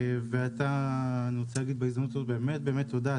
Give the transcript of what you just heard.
ואני רוצה להגיד לך בהזדמנות זאת באמת באמת תודה,